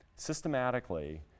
Systematically